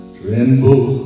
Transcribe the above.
tremble